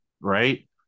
Right